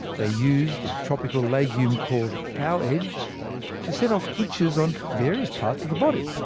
they used the tropical legume called cowhage to set off itches on various parts of the body.